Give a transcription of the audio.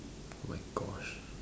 oh my gosh